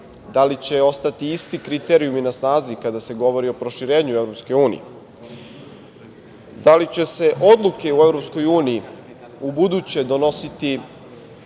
da li će ostati isti kriterijumi na snazi kada se govori o proširenju EU, da li će se odluke u EU ubuduće donositi